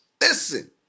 listen